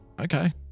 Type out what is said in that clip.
okay